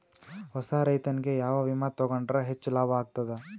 ಹೊಸಾ ರೈತನಿಗೆ ಯಾವ ವಿಮಾ ತೊಗೊಂಡರ ಹೆಚ್ಚು ಲಾಭ ಆಗತದ?